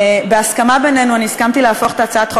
בהסכמה בינינו אני הסכמתי להפוך את הצעת החוק